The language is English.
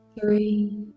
Three